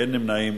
אין נמנעים.